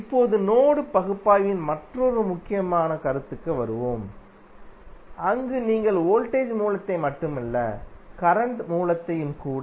இப்போது நோடு பகுப்பாய்வின் மற்றொரு முக்கியமான கருத்துக்கு வருவோம் அங்கு நீங்கள் வோல்டேஜ் மூலத்தை மட்டுமல்ல கரண்ட் மூலத்தையும் கூட